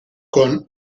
con